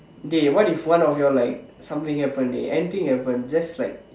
dey what if one of you all like something happen dey anything happen just like